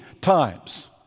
times